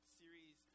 series